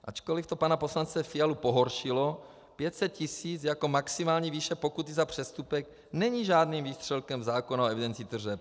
Ačkoliv to pana poslance Fialu pohoršilo, 500 tisíc jako maximální výše pokuty za přestupek není žádným výstřelkem zákona o evidenci tržeb.